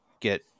get